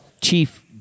Chief